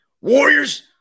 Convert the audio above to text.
warriors